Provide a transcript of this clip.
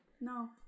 No